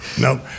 Nope